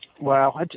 Wow